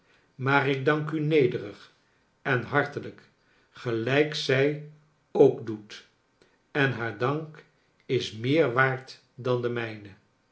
maar ik dank u nederig en hartelijk gelijk zij ook doet en haar dank is meer waard dan de mijne